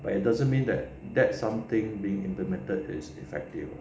but it doesn't mean that that's something being implemented is effective